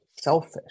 selfish